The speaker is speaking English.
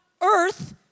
earth